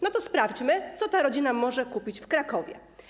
No to sprawdźmy, co ta rodzina może kupić w Krakowie.